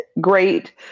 great